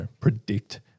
predict